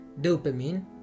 dopamine